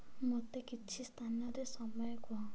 ମୋତେ କିଛି ସ୍ଥାନରେ ସମୟ କୁହ